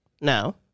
no